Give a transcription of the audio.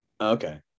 Okay